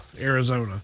Arizona